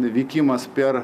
vykimas per